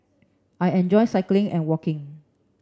I enjoy cycling and walking